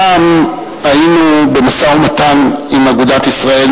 פעם היינו במשא-ומתן עם אגודת ישראל,